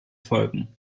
folgen